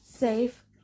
Safe